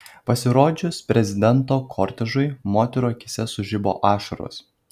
pasirodžius prezidento kortežui moterų akyse sužibo ašaros